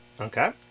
Okay